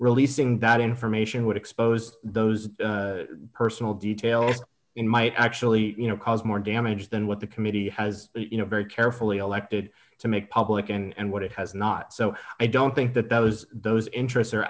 releasing that information would expose those personal details in might actually you know cause more damage than what the committee has you know very carefully elected to make public and what it has not so i don't think that that was those interests are